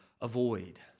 avoid